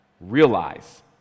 Realize